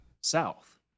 South